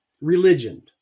Religion